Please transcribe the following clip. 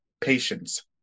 patience